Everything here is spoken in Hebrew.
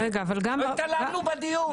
לא התעלמנו בדיון.